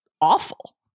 awful